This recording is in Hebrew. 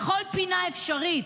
בכל פינה אפשרית.